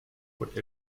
what